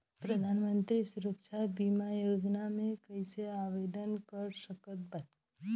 प्रधानमंत्री सुरक्षा बीमा योजना मे कैसे आवेदन कर सकत बानी?